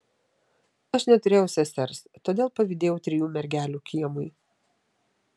aš neturėjau sesers todėl pavydėjau trijų mergelių kiemui